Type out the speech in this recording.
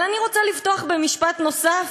אבל אני רוצה לפתוח במשפט נוסף,